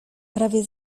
prawie